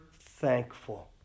thankful